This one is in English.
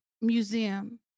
museum